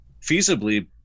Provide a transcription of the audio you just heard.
feasibly